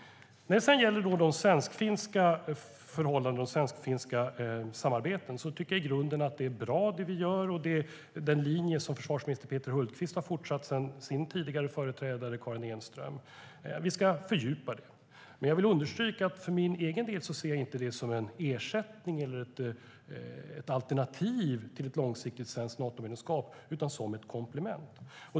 När det sedan gäller de svensk-finska förhållandena och svensk-finska samarbeten tycker jag i grunden att det vi gör är bra. Försvarsminister Peter Hultqvist har fortsatt linjen från sin företrädare Karin Enström. Vi ska fördjupa detta. Men jag vill understryka att jag för min egen del inte ser det som en ersättning eller ett alternativ till ett långsiktigt svenskt Natomedlemskap utan som ett komplement.